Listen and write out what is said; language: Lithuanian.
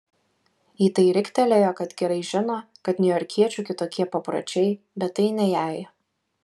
į tai riktelėjo kad gerai žino kad niujorkiečių kitokie papročiai bet tai ne jai